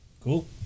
Cool